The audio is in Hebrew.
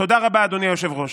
תודה רבה, אדוני היושב-ראש.